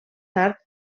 tard